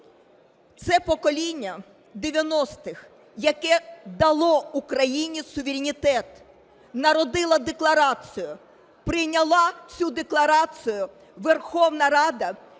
Це покоління 90-х, яке дало Україні суверенітет, народило декларацію. Прийняла цю декларацію Верховна Рада